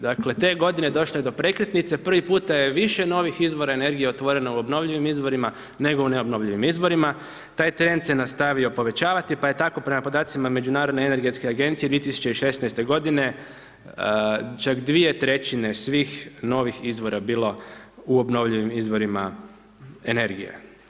Dakle, te je godine došlo do prekretnice, prvi puta je više novih izvora energije otvoreno u obnovljivim izvorima nego u neobnovljivim izvorima, taj trend se nastavio povećavati pa je tako prema podacima Međunarodne energetske agencije 2016. godine čak 2/3 svih novih izvora bilo u obnovljivima izvorima energije.